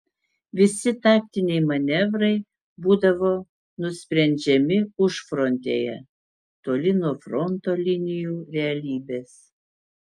visi taktiniai manevrai būdavo nusprendžiami užfrontėje toli nuo fronto linijų realybės